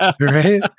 right